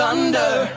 Thunder